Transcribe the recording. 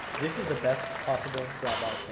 this is the best possible drawbar